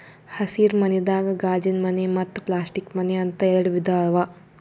ಹಸಿರ ಮನಿದಾಗ ಗಾಜಿನಮನೆ ಮತ್ತ್ ಪ್ಲಾಸ್ಟಿಕ್ ಮನೆ ಅಂತ್ ಎರಡ ವಿಧಾ ಅವಾ